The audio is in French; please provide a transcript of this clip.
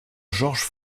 georges